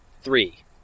three